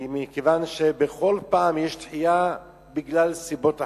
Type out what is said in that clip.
כיוון שבכל פעם יש דחייה מסיבות אחרות,